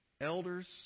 Elders